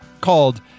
called